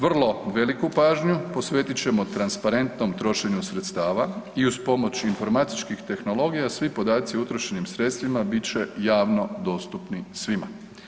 Vrlo veliku pažnju posvetiti ćemo transparentnom trošenju sredstava i uz pomoć informatičkih tehnologija, svi podaci o utrošenim sredstvima, bit će javno dostupni svima.